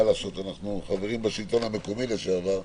מה לעשות, אנחנו חברים בשלטון המקומי לשעבר.